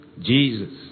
Jesus